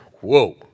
Whoa